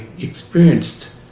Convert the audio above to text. experienced